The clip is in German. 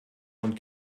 und